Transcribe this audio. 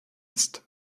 ist